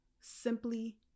simply